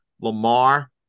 Lamar